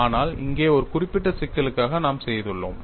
ஆனால் இங்கே ஒரு குறிப்பிட்ட சிக்கலுக்காக நாம் செய்துள்ளோம்